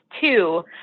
two